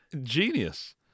genius